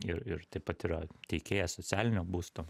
ir ir taip pat yra teikėja socialinio būsto